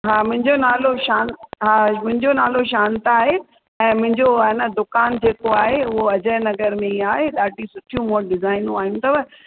हा मुंहिंजो नालो शां हा मुंहिंजो नालो शांता आहे ऐं मुंहिंजो अइन दुकान जेको आहे उहो अजय नगर में ई आहे ॾाढियूं सुठियूं मूं वटि डिज़ाइनूं आहियूं अथव